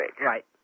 Right